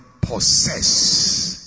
possess